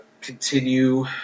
continue